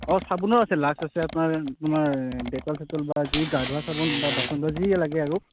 অঁ চাবোনো আছে লাক্স আছে আপোনাৰ তোমাৰ ডেটল চেটল বা যি গা ধোৱা চাবোন বা বাচন ধোৱা যি লাগে আৰু